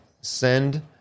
send